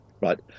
right